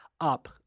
up